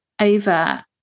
over